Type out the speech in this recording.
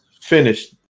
finished